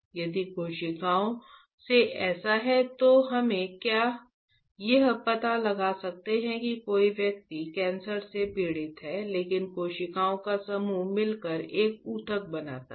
यदि कोशिकाओं से ऐसा है तो क्या हम यह पता लगा सकते हैं कि कोई व्यक्ति कैंसर से पीड़ित है लेकिन कोशिकाओं का समूह मिलकर एक ऊतक बनाता है